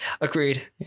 agreed